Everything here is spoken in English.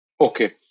Okay